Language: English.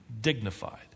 dignified